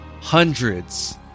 hundreds